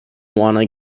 wanna